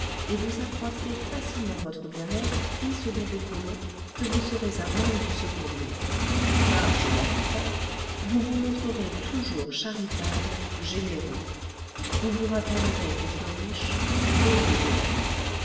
et vous accroîtrez facilement votre bien-être et celui des colons que vous serez à même de secourir car je n'en doute pas vous vous montrerez toujours charitable généreux vous vous rappellerez qu'être riche c'est donner beaucoup